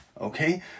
okay